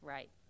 Right